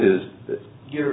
is that your